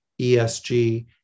ESG